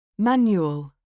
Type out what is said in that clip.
Manual